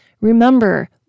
Remember